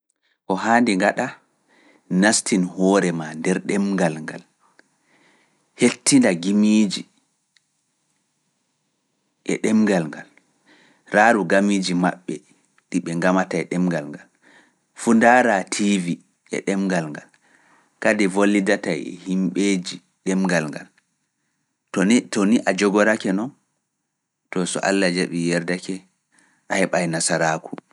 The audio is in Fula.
Ko haandi ngaɗa, nasti hoore maa nder ɗemngal ngal, hettina gimiiji e ɗemngal ngal, raaru gamiiji maɓɓe ɗi ɓe ngamata e ɗemngal ngal. Fu ndaaraa tiivi e ɗemngal ngal, kadi volidatai e himɓeeji ɗemngal ngal. To nii a jogorake non, to so Allah jaɓi yerdake, a heɓa e Nasaraaku.